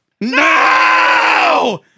No